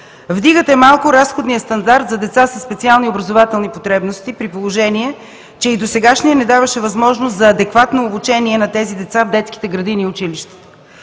Вдигате малко разходния стандарт за деца със специални образователни потребности, при положение че и досегашният не даваше възможност за адекватно обучение на тези деца в детските градини и училища.